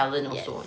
yes